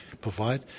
provide